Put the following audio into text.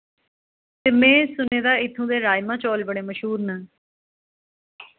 ते में सुने दा इत्थोआं दे राइमा चौल बड़े मशूर न